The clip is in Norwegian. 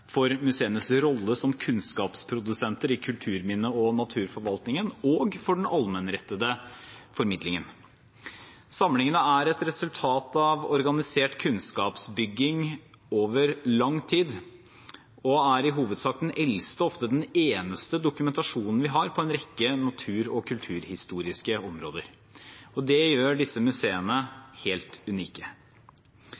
for museenes rolle som kunnskapsprodusenter i kulturminne- og naturforvaltningen og for den allmennrettede formidlingen. Samlingene er et resultat av organisert kunnskapsbygging over lang tid og er i hovedsak den eldste og ofte den eneste dokumentasjonen vi har på en rekke natur- og kulturhistoriske områder. Det gjør disse museene helt unike.